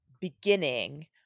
beginning